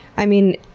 i mean,